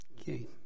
Okay